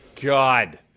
God